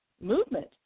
movement